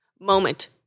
moment